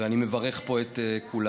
ואני מברך פה את כולם.